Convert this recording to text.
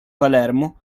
palermo